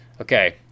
okay